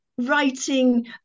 writing